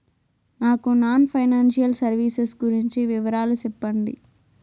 నాకు non financial services గురించి వివరాలు సెప్పండి?